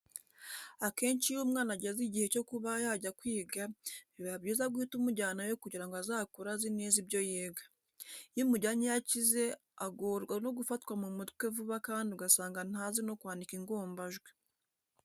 Akenshi iyo umwana ageze igihe cyo kuba yajya kwiga, biba byiza guhita umujyanayo kugira ngo azakure azi neza ibyo yiga. Iyo umujyanyeyo akize agorwa no gufata mu mutwe vuba kandi ugasanga ntazi no kwandika ingombajwi.